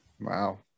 Wow